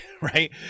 Right